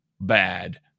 bad